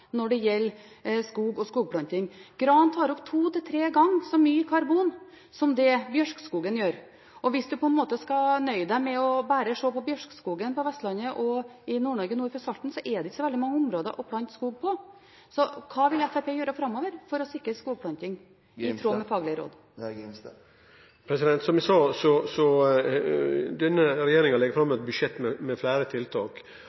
når det gjelder skog og skogplanting. Gran tar opp to til tre ganger så mye karbon som bjørkeskogen gjør. Hvis man på en måte skal nøye seg med bare å se på bjørkeskogen på Vestlandet og i Nord-Norge nord for Salten, er det ikke så veldig mange områder å plante skog på. Hva vil Fremskrittspartiet gjøre framover for å sikre skogplanting i tråd med faglige råd? Som eg sa, legg denne regjeringa fram eit budsjett med fleire tiltak,